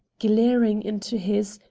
glaring into his,